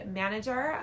manager